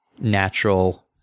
natural